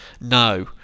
No